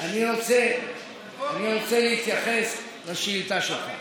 אני רוצה להתייחס לשאילתה שלך.